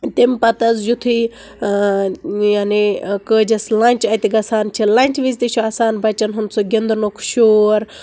تمہِ پتہِ حظ یِتھُے آ یعنے کٲجس لنچ اتہِ گژھان چھُ لنچہٕ وِزِ تہِ چھُ آسان بچن ہنٛد سُہ گِندنُک شور